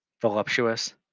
Voluptuous